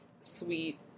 sweet